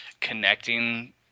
connecting